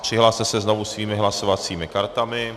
Přihlaste se znovu svými hlasovacími kartami.